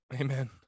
Amen